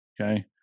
Okay